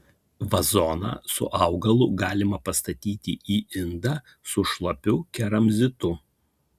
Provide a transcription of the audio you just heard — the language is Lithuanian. vazoną su augalu galima pastatyti į indą su šlapiu keramzitu